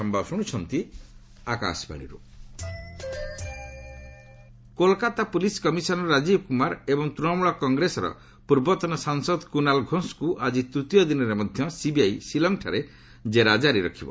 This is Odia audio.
CBI Kumar Kolkata police commissioner Rajeev Kumar ଏବଂ ତୃଣମୂଳ କଂଗ୍ରେସର ପୂର୍ବତନ ସାଂସଦ କୁନାଲ୍ ଘୋଷ୍ଙ୍କୁ ଆଜି ତୂତୀୟ ଦିନରେ ମଧ୍ୟ ସିବିଆଇ ଶିଲଂଠାରେ ଜେରା ଜାରି ରଖିବ